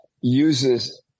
uses